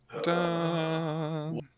dun